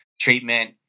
treatment